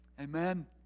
Amen